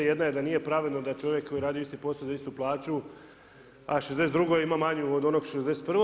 Jedna je da nije pravedno da čovjek koji radi isti posao za istu plaću a '62. ima manju od onog '61.